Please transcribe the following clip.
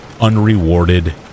unrewarded